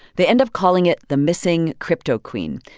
they end up calling it the missing cryptoqueen.